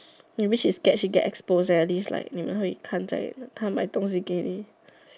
maybe she scared she get exposed leh at least 你们会看在她买东西给你